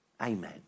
Amen